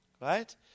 Right